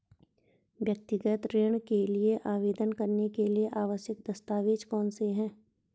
व्यक्तिगत ऋण के लिए आवेदन करने के लिए आवश्यक दस्तावेज़ कौनसे हैं?